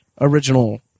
original